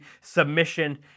submission